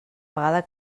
vegada